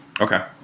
Okay